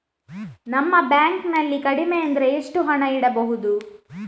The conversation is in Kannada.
ನಮ್ಮ ಬ್ಯಾಂಕ್ ನಲ್ಲಿ ಕಡಿಮೆ ಅಂದ್ರೆ ಎಷ್ಟು ಹಣ ಇಡಬೇಕು?